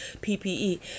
PPE